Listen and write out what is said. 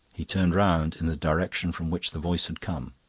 he turned round in the direction from which the voice had come.